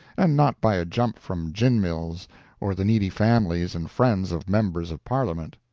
and not by a jump from gin-mills or the needy families and friends of members of parliament.